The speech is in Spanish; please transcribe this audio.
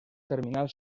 terminal